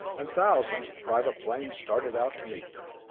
and thousands of private planes started out to meet them.